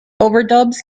overdubs